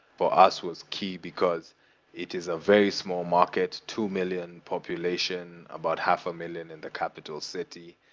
for us, was key, because it is a very small market, two million population, about half a million in the capital city.